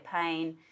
pain